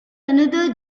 another